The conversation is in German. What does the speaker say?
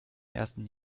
ersten